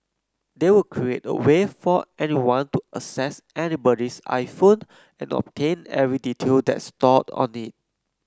they would create a way for anyone to access anybody's iPhone and obtain every detail that's stored on it